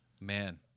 Man